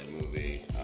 movie